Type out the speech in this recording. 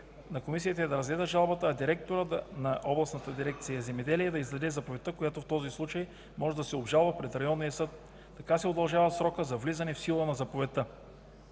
на комисията е да разгледа жалбата, а директорът на областната дирекция „Земеделие“ да издаде заповедта, която в този случай може да се обжалва пред районния съд. Така се удължава срокът за влизане в сила на заповедта.